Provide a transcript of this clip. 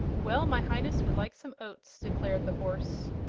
well, my highness would like some oats, declared the horse.